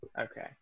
Okay